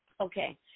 Okay